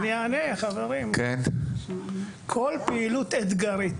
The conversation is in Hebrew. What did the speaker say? יש פה הגדרה לכל פעילות אתגרית